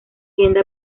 tiende